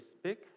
speak